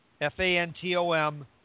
F-A-N-T-O-M